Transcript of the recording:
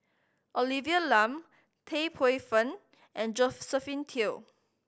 Olivia Lum Tan Paey Fern and Josephine Teo